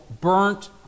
burnt